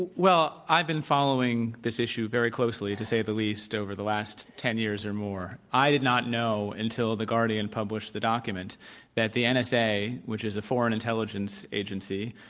well, i've been following this issue very closely, to say the least, over the last ten years or more. i did not know until the guardian published the document that the and nsa, which is a foreign intelligence agency,